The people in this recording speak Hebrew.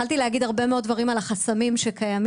יכולתי להגיד הרבה מאוד דברים על החסמים שקיימים,